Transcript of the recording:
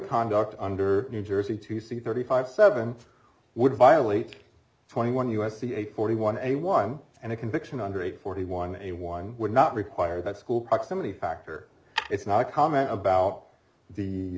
conduct under new jersey to see thirty five seven would violate twenty one u s c a forty one a one and a conviction under a forty one a one would not require that school activity factor it's not a comment about the